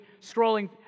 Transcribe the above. scrolling